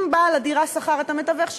אם בעל הדירה שכר את המתווך,